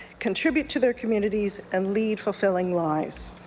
contribute to their communities and lead fulfilling lives.